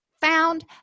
found